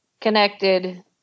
connected